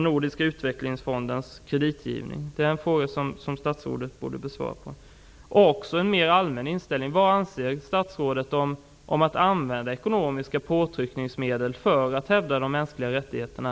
Nordiska utvecklingsfondens kreditgivning. Den frågan borde statsrådet besvara. Mer allmänt: Vad anser statsrådet om att använda ekonomiska påtryckningsmedel för att hävda de mänskliga rättigheterna?